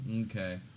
Okay